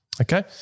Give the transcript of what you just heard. okay